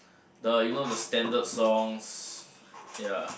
the you know the standard songs ya